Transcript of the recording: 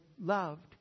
loved